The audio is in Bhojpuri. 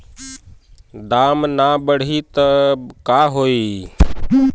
दाम ना बढ़ी तब का होई